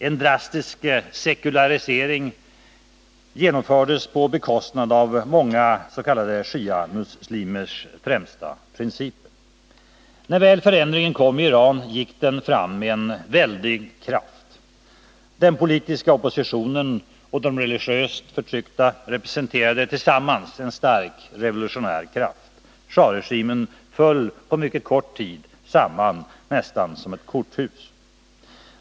En drastisk sekularisering genomfördes på bekostnad av många s.k. shia-muslimers främsta principer. När väl förändringen kom i Iran gick den fram med en väldig kraft. Den politiska oppositionen och de religiöst förtryckta representerade tillsammans en stark revolutionär kraft. Schah-regimen föll på mycket kort tid samman, nästan som ett korthus.